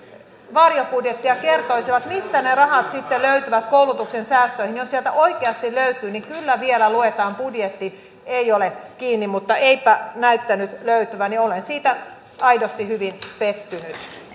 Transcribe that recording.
varjobudjettiaan ja kertoisivat mistä ne rahat sitten löytyvät koulutuksen säästöihin jos sieltä oikeasti löytyy niin kyllä vielä luetaan budjetti ei ole kiinni mutta eipä näyttänyt löytyvän niin että olen siitä aidosti hyvin pettynyt